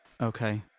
Okay